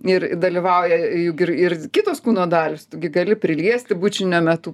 ir dalyvauja juk ir ir kitos kūno dalys tu gi gali priliesti bučinio metu